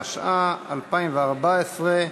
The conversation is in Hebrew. התשע"ה 2014,